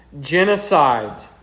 genocide